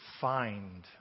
find